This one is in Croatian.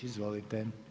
Izvolite.